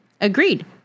agreed